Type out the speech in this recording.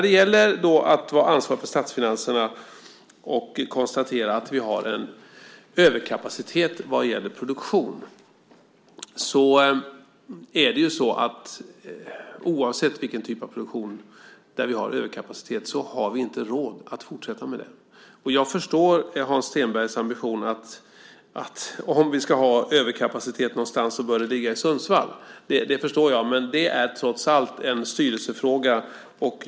Det gäller att vara ansvarig för statsfinanserna och konstatera att vi har en överkapacitet vad gäller produktion. Oavsett vilken typ av produktion det är fråga om där vi har överkapacitet har vi inte råd att fortsätta med det. Jag förstår Hans Stenbergs ambition att om vi ska ha överkapacitet någonstans så bör den ligga i Sundsvall. Det förstår jag. Men det är trots allt en styrelsefråga.